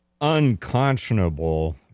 unconscionable